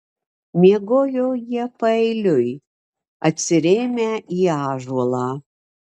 miegojo jie paeiliui atsirėmę į ąžuolą